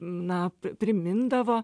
na primindavo